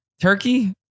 turkey